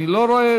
אני לא רואה,